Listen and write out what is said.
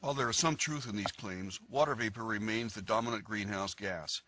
well there is some truth in these claims water vapor remains the dominant greenhouse gas